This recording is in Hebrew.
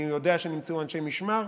אני יודע שנמצאו אנשי משמר,